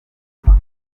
gupima